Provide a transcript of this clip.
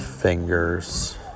Fingers